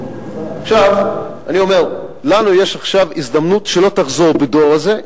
עכשיו אני אומר: לנו יש עכשיו הזדמנות שלא תחזור בדור הזה,